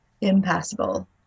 Impassable